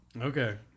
Okay